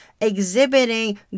exhibiting